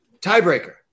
tiebreaker